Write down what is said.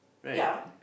ya